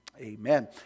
amen